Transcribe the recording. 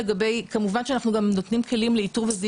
כמובן שאנחנו גם נותנים כלים לאיתור וזיהוי